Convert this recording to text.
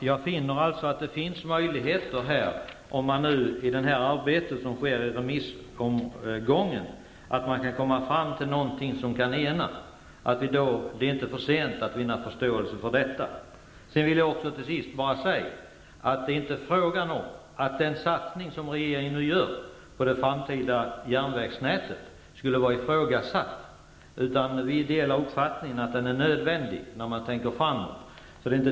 Fru talman! Jag finner att det finns möjligheter här, om man i det här arbetet i remissomgången kan komma fram till någonting som kan ena. Det är inte för sent att vinna förståelse för detta. Sedan vill jag till sist bara säga att det inte är frågan om att ifrågasätta den satsning som regeringen nu gör på de framtida järnvägsnätet. Vi delar uppfattningen att den är nödvändig när man tänker framåt.